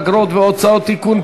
אגרות והוצאות (תיקון,